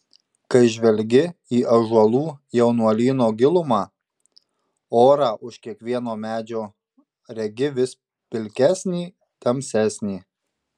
kai žvelgi į ąžuolų jaunuolyno gilumą orą už kiekvieno medžio regi vis pilkesnį tamsesnį